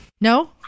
no